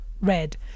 red